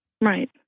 right